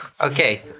Okay